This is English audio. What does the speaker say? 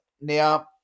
Now